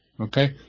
okay